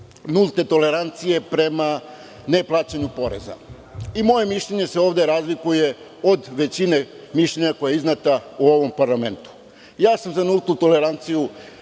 nulte tolerancije prema ne plaćanju poreza. Moje mišljenje se ovde razlikuje od većine mišljenja koja su izneta u ovom parlamentu.Za nultu toleranciju